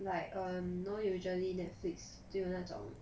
like um know usually Netflix 就那种